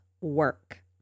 work